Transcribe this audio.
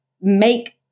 make